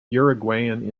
uruguayan